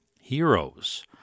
Heroes